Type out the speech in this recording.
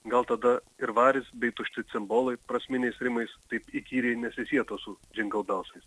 gal tada ir varis bei tušti cimbolai prasminiais rimais taip įkyriai nesisietų su džingl belsais